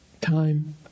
time